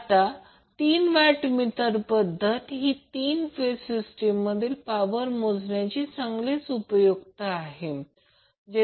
आता तीन वॅटमीटर पद्धत ही तीन फेज सिस्टीम मधील पॉवर मोजण्यासाठी चांगलीच उपयुक्त आहे